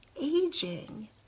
aging